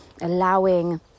allowing